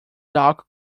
dark